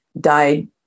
died